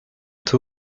two